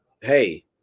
Hey